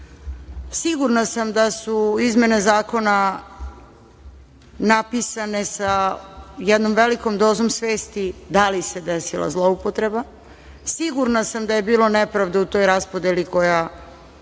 Sigurna sam da su izmene zakona napisane sa jednom velikom dozom svesti da li se desila zloupotreba? Sigurna sam da je bilo nepravde u toj raspodeli koja